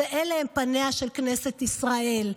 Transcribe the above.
אלה הם פניה של כנסת ישראל,